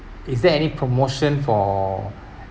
is there any promotion for